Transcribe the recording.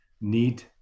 need